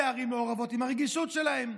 וערים מעורבות עם הרגישות שלהן,